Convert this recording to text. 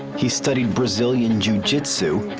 he studied brazilian jew jujitzu,